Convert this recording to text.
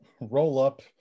roll-up